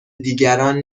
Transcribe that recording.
دیگران